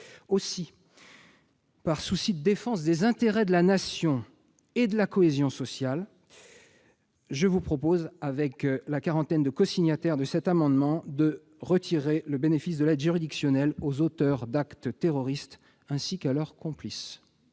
Aussi, par souci de défense des intérêts de la Nation et de la cohésion sociale, je vous propose, avec la quarantaine de cosignataires de cet amendement, de retirer le bénéfice de l'aide juridictionnelle aux auteurs d'actes terroristes ainsi qu'à leurs complices.